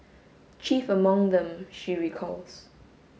chief among them she recalls